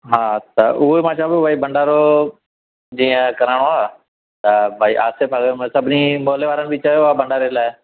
हा त उहोई मां चवां पियो भंडारो जीअं कराइणो आहे त भई आसे पासे में सभिनी मोहले वारनि बि चयो आहे भंडारे लाइ